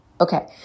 Okay